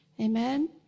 amen